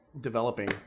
developing